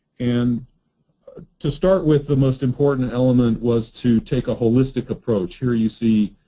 and ah to start with, the most important element was to take a holistic approach. here you see,